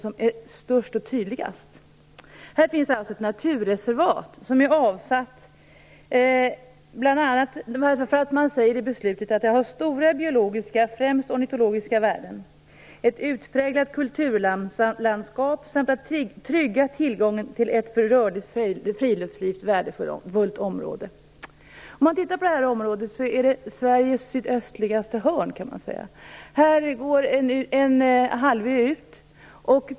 Området är avsatt som naturreservat eftersom, som det står i beslutet, det har stora biologiska, främst ornitologiska värden och är ett utpräglat naturlandskap samt för att man vill trygga tillgången till ett för ett rörligt friluftsliv värdefullt område. Detta är Sveriges sydöstligaste hörn. Här går en halvö ut.